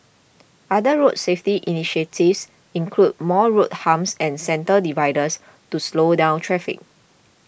other road safety initiatives include more road humps and centre dividers to slow down traffic